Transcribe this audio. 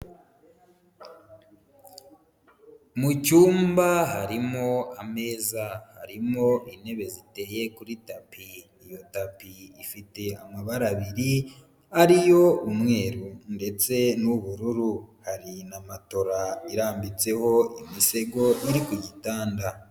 Mu cyumba harimo ameza, harimo intebe ziteye kuri tapi, iyo tapi ifite amabara abiri, ari yo umweru ndetse n'ubururu, hari na matora irambitseho imisego, iri ku gitanda.